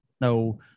no